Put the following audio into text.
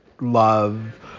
love